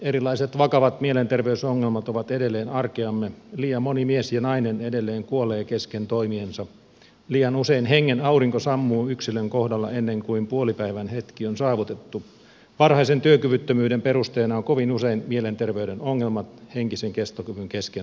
erilaiset vakavat mielenterveysongelmat ovat edelleen arkeamme liian moni mies ja nainen edelleen kuolee kesken toimiensa liian usein hengen aurinko sammuu yksilön kohdalla ennen kuin puolipäivän hetki on saavutettu varhaisen työkyvyttömyyden perusteena on kovin usein mielenterveyden ongelmat henkisen kestokyvyn kesken loppuminen